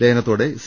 ലയനത്തോടെ C